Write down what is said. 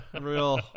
Real